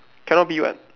cannot be [what]